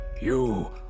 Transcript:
You